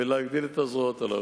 ולהגדיל את הזרועות הללו.